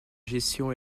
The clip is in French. gestion